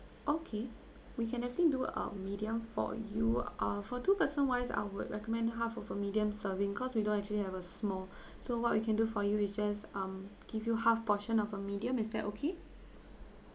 okay we can definitely do a medium for you uh for two person wise I would recommend half of a medium serving cause we don't actually have a small so what we can do for you is just um give you half portion of a medium is that okay